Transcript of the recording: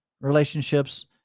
relationships